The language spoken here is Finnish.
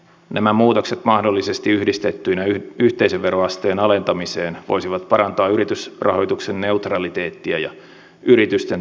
nämä muutokset mahdollisesti yhdistettyinä yhteisöveroasteen alentamiseen voisivat parantaa yritysrahoituksen neutraliteettia ja yritysten toimintaedellytyksiä